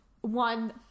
one